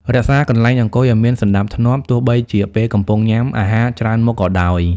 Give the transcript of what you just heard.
រក្សាកន្លែងអង្គុយឱ្យមានសណ្តាប់ធ្នាប់ ទោះបីជាពេលកំពុងញ៉ាំអាហារច្រើនមុខក៏ដោយ។